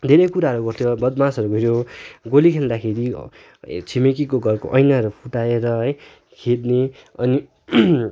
धेरै कुराहरू गर्थ्यो बदमासहरू भयो गोली खेल्दाखेरि छिमेकीको घरको ऐनाहरू फुटाएर है खेद्ने अनि